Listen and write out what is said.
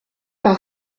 par